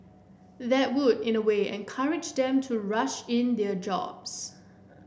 that would in a way encourage them to rush in their jobs